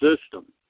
system